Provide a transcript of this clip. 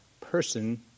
person